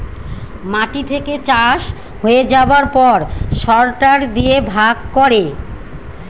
মাটি থেকে চাষ হয়ে যাবার পর সরটার দিয়ে ভাগ করে